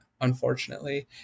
unfortunately